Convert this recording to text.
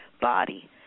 body